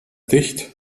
dicht